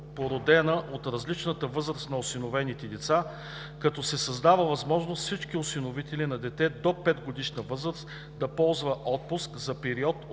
породена от различната възраст на осиновените деца, като се създава възможност за всички осиновители на дете до 5-годишна възраст да ползват отпуск за период от